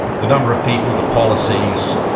the number of people, the policies,